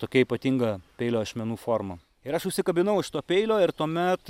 tokia ypatinga peilio ašmenų forma ir aš užsikabinau už to peilio ir tuomet